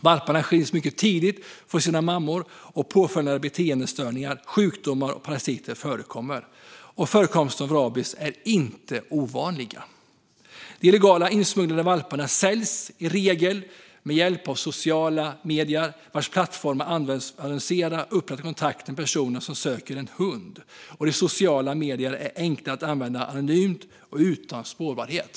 Valparna skiljs mycket tidigt från sina mammor, och påföljden blir beteendestörningar. Sjukdomar och parasiter förekommer, och förekomst av rabies är inte ovanlig. De illegalt insmugglade valparna säljs i regel med hjälp av sociala medier, vars plattformar används för att annonsera och upprätta kontakt med personer som söker en hund. Sociala medier är enkla att använda anonymt och utan spårbarhet.